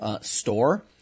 store